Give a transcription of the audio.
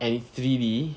and it's three D